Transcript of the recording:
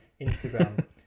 Instagram